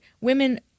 Women